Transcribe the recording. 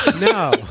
No